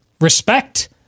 respect